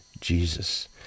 Jesus